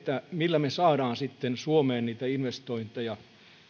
millä me saamme suomeen niitä investointeja